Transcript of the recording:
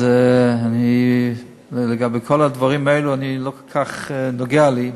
אז לגבי כל הדברים האלה זה לא כל כך נוגע לי,